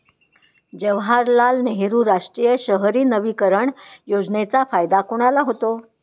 जवाहरलाल नेहरू राष्ट्रीय शहरी नवीकरण योजनेचा फायदा कोणाला होतो?